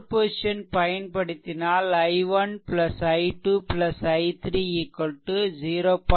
superposition பயன்படுத்தினால் i1 i2 i3 0